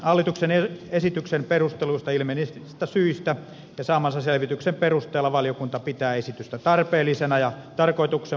hallituksen esityksen perusteluista ilmenevistä syistä ja saamansa selvityksen perusteella valiokunta pitää esitystä tarpeellisena ja tarkoituksenmukaisena